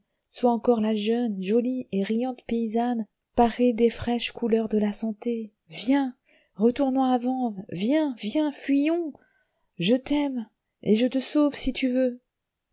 sois encore la jeune jolie et riante paysanne parée des fraîches couleurs de la santé viens retournons à vanves viens viens fuyons je t'aime et je te sauve si tu veux